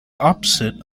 opposite